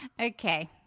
Okay